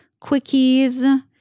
quickies